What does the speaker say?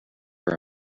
are